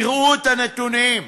תראו את הנתונים: